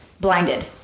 blinded